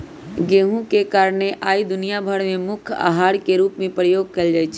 गेहूम के कारणे आइ दुनिया भर में मुख्य अहार के रूप में प्रयोग कएल जाइ छइ